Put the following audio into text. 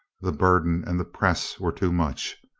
the burden and the press were too much.